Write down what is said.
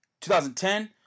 2010